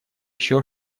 еще